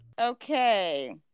Okay